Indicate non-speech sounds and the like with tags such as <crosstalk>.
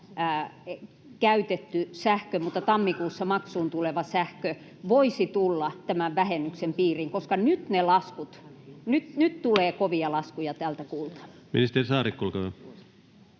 käytetty mutta tammikuussa maksuun tuleva sähkö voisi tulla tämän vähennyksen piiriin, <noise> koska nyt tulee kovia laskuja tältä kuulta?